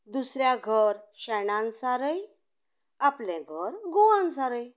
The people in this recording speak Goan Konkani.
दुसऱ्या घर शेणान सारय आपलें गर गुवान सारय